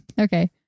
Okay